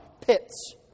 pits